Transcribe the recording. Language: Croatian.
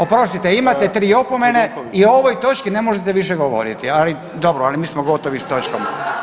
Oprostite, imate 3 opomene i ovoj točki ne možete više govoriti, ali, dobro, ali mi smo gotovi s točkom.